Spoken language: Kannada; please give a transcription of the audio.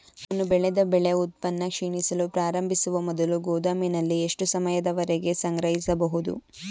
ನಾನು ಬೆಳೆದ ಬೆಳೆ ಉತ್ಪನ್ನ ಕ್ಷೀಣಿಸಲು ಪ್ರಾರಂಭಿಸುವ ಮೊದಲು ಗೋದಾಮಿನಲ್ಲಿ ಎಷ್ಟು ಸಮಯದವರೆಗೆ ಸಂಗ್ರಹಿಸಬಹುದು?